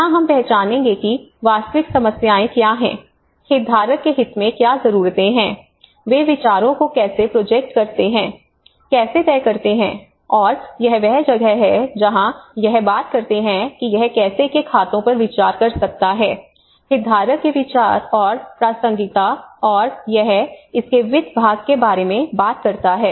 यहां हम पहचानेंगे कि वास्तविक समस्याएं क्या हैं हितधारक के हित में क्या जरूरतें हैं वे विचारों को कैसे प्रोजेक्ट करते हैं कैसे तय करते हैं और यह वह जगह है जहां यह बात करते है कि यह कैसे के खातों पर विचार कर सकता है हितधारक के विचार और प्रासंगिकता और यह इसके वित्त भाग के बारे में बात करता है